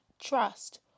trust